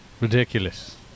Ridiculous